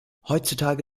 heutzutage